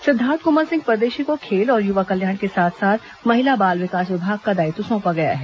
सिद्दार्थ कोमल परदेशी को खेल और युवा कल्याण के साथ साथ महिला बाल विकास विभाग का दायित्व सौंपा गया है